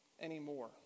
anymore